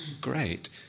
Great